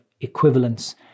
equivalence